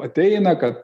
ateina kad